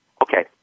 Okay